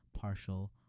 partial